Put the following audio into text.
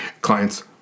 clients